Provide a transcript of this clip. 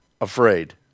afraid